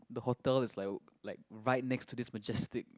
the hotel is like like right next to this majestic